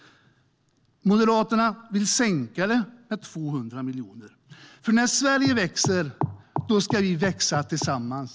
Moderaterna vill sänka det anslaget med 200 miljoner. När Sverige växer, då ska vi växa tillsammans.